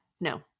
No